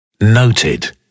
Noted